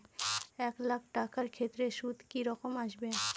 এক লাখ টাকার ক্ষেত্রে সুদ কি রকম আসবে?